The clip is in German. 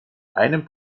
einem